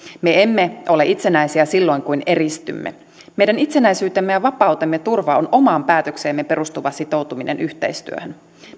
me emme ole itsenäisiä silloin kun eristymme meidän itsenäisyytemme ja vapautemme turva on omaan päätökseemme perustuva sitoutuminen yhteistyöhön